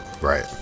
Right